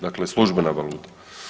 Dakle, službena valuta.